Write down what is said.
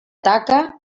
taca